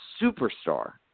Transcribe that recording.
superstar